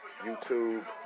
YouTube